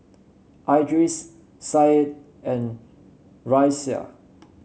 Idris Said and Raisya